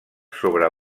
sobre